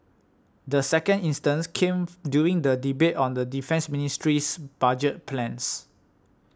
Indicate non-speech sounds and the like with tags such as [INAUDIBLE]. the second instance came [NOISE] during the debate on the Defence Ministry's budget plans